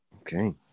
Okay